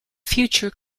future